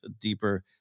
deeper